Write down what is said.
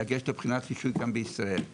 לגשת לבחינת רישוי גם בישראל.